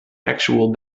actual